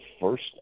first